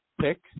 pick